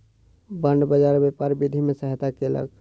bond बाजार व्यापार वृद्धि में सहायता केलक